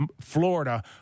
Florida